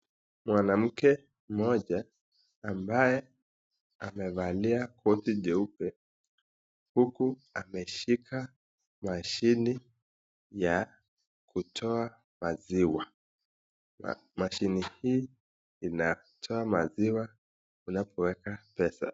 Mwanamke mmoja ambaye amevalia koti jeupe huku ameshika mashine ya kutoa maziwa. Mashine hii inatoa maziwa unapoweka pesa.